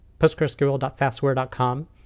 postgresql.fastware.com